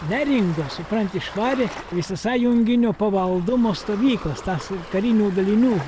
neringa supranti išvarė visasąjunginio pavaldumo stovyklas tas karinių dalinių